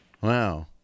Wow